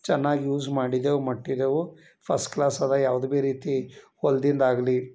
ಚೆನ್ನಾಗಿ ಯೂಸ್ ಮಾಡಿದೆವು ಮಟ್ಟಿದೆವು ಫಸ್ಟ್ ಕ್ಲಾಸ್ ಅದ ಯಾವ್ದು ಭಿ ರೀತಿ ಹೊಲ್ದಿದ್ ಆಗಲಿ